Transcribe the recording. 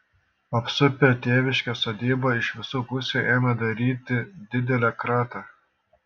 apsupę tėviškės sodybą iš visų pusių ėmė daryti didelę kratą